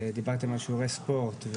דיברתם על שיעורי ספורט,